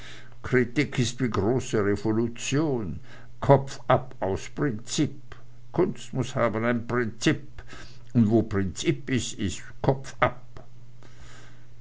ist wie große revolution kopf ab aus prinzipp kunst muß haben ein prinzipp und wo prinzipp is is kopf ab